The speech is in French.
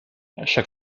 chaque